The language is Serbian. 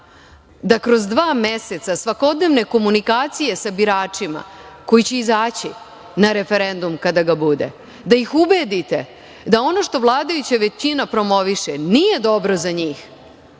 da kroz dva meseca svakodnevne komunikacije sa biračima koji će izaći na referendum kada ga bude, da ih ubedite da ono što vladajuća većina promoviše nije dobro za